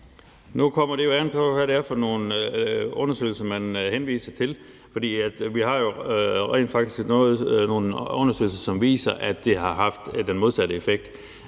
Nu kommer det jo an på, hvad det er for nogle undersøgelser, man henviser til. Vi har jo rent faktisk nogle undersøgelser, som viser, at det har haft den modsatte effekt.